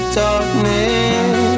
darkness